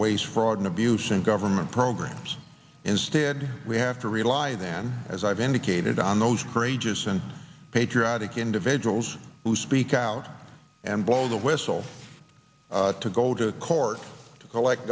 waste fraud and abuse in government programs instead we have to rely then as i've indicated on those ranges and patriotic individuals who speak out and blow the whistle to go to court to collect